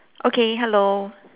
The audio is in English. okay hello